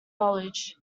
knowledge